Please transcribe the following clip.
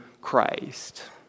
Christ